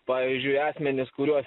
pavyzdžiui asmenis kuriuos